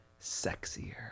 sexier